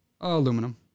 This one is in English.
Aluminum